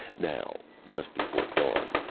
now, just before dawn,